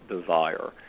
desire